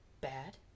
bad